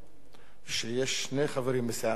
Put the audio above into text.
שיש שני חברים בסיעה אחת,